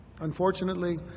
Unfortunately